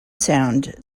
sound